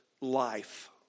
life